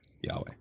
Yahweh